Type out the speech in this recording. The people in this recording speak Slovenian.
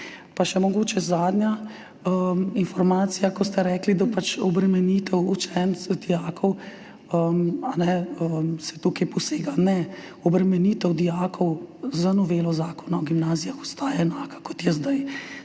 Pa mogoče še zadnja informacija, ker ste rekli obremenitev učencev, dijakov, da se v to posega. Ne, obremenitev dijakov z novelo Zakona o gimnazijah ostaja enaka, kot je zdaj,